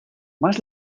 más